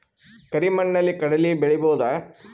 ಕರಿ ಮಣ್ಣಲಿ ಕಡಲಿ ಬೆಳಿ ಬೋದ?